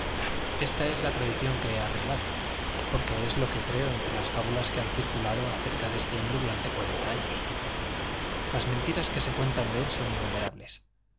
ésta es la tradición que he arreglado porque es lo que creo entre las fábulas que han circulado acerca de este hombre durante cuarenta años las mentiras que se cuentan de él son innumerables